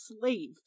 slave